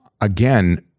again